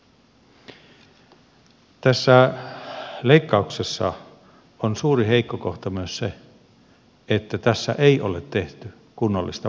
tässä leikkauksessa on suuri heikko kohta myös se että tässä ei ole tehty kunnollista vaikuttavuuden arviointia